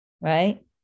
Right